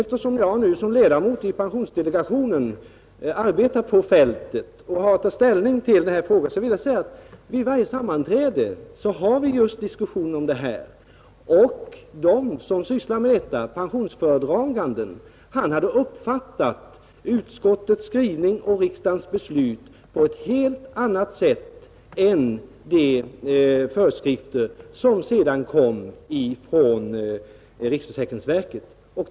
Då jag som ledamot av vår pensionsdelegation arbetar på fältet och har att ta ställning i dessa frågor vill jag säga att vid varje sammanträde förekommer diskussion om detta. Pensionsföredraganden hade uppfattat utskottets skrivning och riksdagens beslut på ett helt annat sätt än de föreskrifter som sedan kom från riksförsäkringsverket.